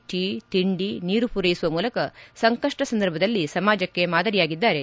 tea ತಿಂಡಿ ನೀರು ಪೂರೈಸುವ ಮೂಲಕ ಸಂಕಪ್ಪ ಸಂದರ್ಭದಲ್ಲಿ ಸಮಾಜಕ್ಕೆ ಮಾದರಿಯಾಗಿದ್ದಾರೆ